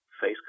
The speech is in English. face